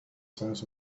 signs